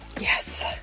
Yes